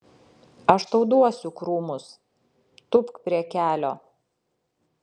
aš tau duosiu krūmus tūpk prie kelio